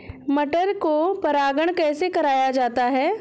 मटर को परागण कैसे कराया जाता है?